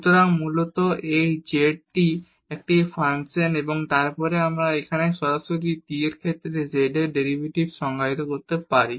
সুতরাং মূলত এই z টি একটি ফাংশন এবং তারপরে আমরা এখানে সরাসরি t এর ক্ষেত্রে z এর ডেরিভেটিভকে সংজ্ঞায়িত করতে পারি